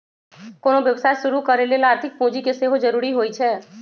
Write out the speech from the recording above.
कोनो व्यवसाय शुरू करे लेल आर्थिक पूजी के सेहो जरूरी होइ छै